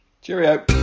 cheerio